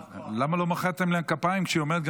למה לא מחאתם לה כפיים כשהיא אומרת גם